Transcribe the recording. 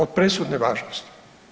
Od presudne važnosti.